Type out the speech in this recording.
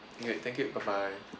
okay thank you bye bye